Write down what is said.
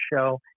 show